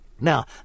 Now